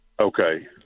Okay